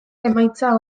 emaitza